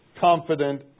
confident